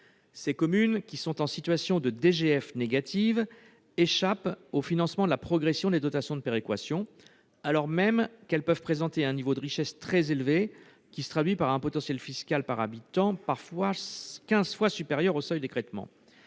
Ces communes, pour lesquelles la DGF est négative, échappent au financement de la progression des dotations de péréquation, alors même qu'elles peuvent présenter un niveau de richesse très élevé, lequel se traduit par un potentiel fiscal par habitant qui est jusqu'à quinze fois supérieur au seuil d'écrêtement.